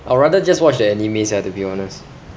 I'd rather just watch the anime sia to be honest